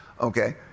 Okay